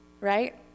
right